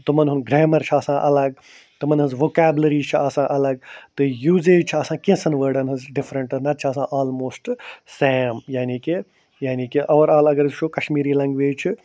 تِمن ہُنٛد گرٛیمر چھُ آسان الگ تِمن ہٕنٛز ووکیبلٔری چھِ آسان الگ تہٕ یوٗزیج چھُ آسان کٮ۪نٛژھن وٲڈن ہٕنٛز دِفرنٛٹ نَتہٕ چھِ آسان آلموسٹ سیم یعنی کہِ یعنی کہِ اَور آل اگر أسۍ وٕچھو کشمیری لنٛگویج چھِ